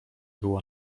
było